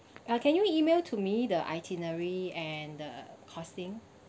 ah can you email to me the itinerary and the costing